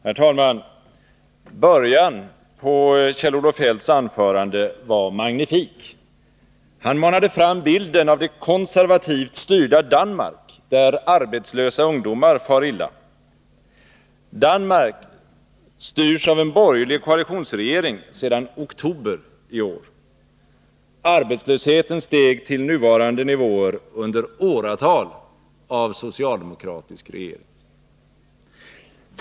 Herr talman! Början på Kjell-Olof Feldts anförande var magnifik. Han manade fram bilden av det konservativt styrda Danmark, där arbetslösa ungdomar far illa. Danmark styrs av en borgerlig koalitionsregering sedan 91 oktober i år. Arbetslösheten steg till nuvarande nivåer under åratal av socialdemokratisk regering.